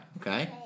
okay